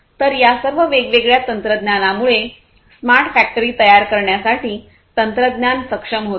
तर या सर्व वेगवेगळ्या तंत्रज्ञानामुळे स्मार्ट फॅक्टरी तयार करण्यासाठी तंत्रज्ञान सक्षम होते